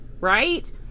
right